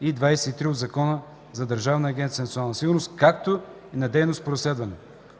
и 23 от Закона за Държавна агенция „Национална сигурност”, както и на дейност по разследване.